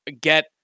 get